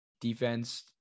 defense